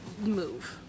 move